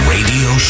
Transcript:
Radio